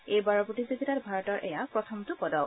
এইবাৰৰ প্ৰতিযোগিতাত ভাৰতৰ এয়া প্ৰথমটো পদক